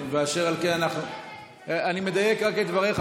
אני מדייק רק את דבריך,